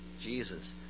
Jesus